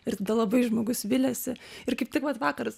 ir tada labai žmogus viliasi ir kaip tik vat vakaras